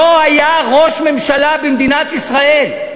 לא היה ראש הממשלה במדינת ישראל.